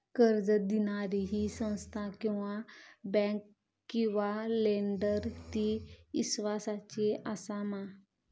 कर्ज दिणारी ही संस्था किवा बँक किवा लेंडर ती इस्वासाची आसा मा?